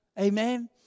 Amen